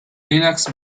linux